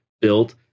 built